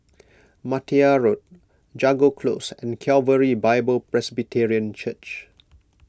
Martia Road Jago Close and Calvary Bible Presbyterian Church